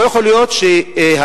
לא יכול להיות שהכנסת,